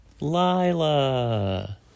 Lila